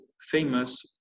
famous